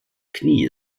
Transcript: knie